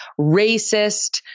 racist